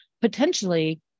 potentially